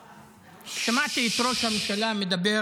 שמעתי את ראש הממשלה מדבר